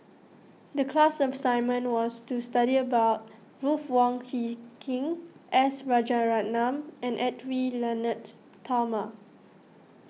the class assignment was to study about Ruth Wong Hie King S Rajaratnam and Edwy Lyonet Talma